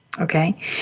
Okay